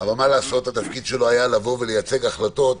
אבל תפקידו היה לייצג החלטות.